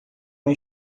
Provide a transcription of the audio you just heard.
uma